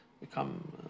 become